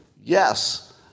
Yes